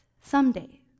someday